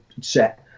set